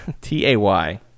T-A-Y